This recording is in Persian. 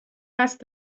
قصد